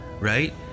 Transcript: right